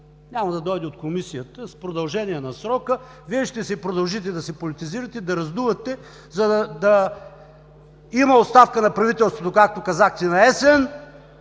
няма да дойде от Комисията с продължение на срока, Вие ще си продължите да си политизирате, да раздувате, за да има оставка на правителството, както казахте –